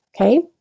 Okay